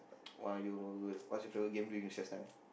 !wah! you what's your favourite game during recess time